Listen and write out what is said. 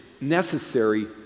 necessary